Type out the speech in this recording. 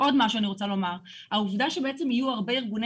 אני רוצה לומר עוד משהו: העובדה שבעצם יהיו הרבה ארגוני